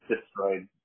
destroyed